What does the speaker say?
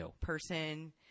person